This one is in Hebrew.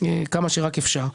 פה כמה שרק אפשר.